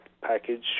package